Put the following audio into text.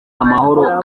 amahoro